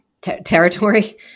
territory